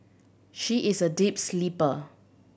she is a deep sleeper